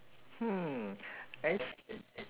hmm I see